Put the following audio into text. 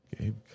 gabe